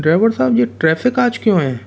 driver साहब ये traffic आज क्यों है